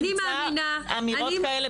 נמצא אמירות כאלה